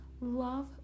love